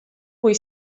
cui